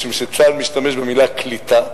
משום שצה"ל משתמש במלה "קליטה"